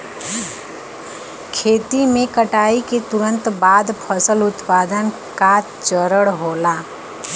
खेती में कटाई के तुरंत बाद फसल उत्पादन का चरण होला